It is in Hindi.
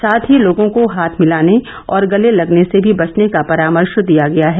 साथ ही लोगों को हाथ मिलाने और गले लगने से भी बचर्न का परामर्श दिया गया है